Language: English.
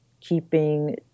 keeping